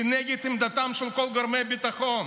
נגד עמדתם של כל גורמי הביטחון.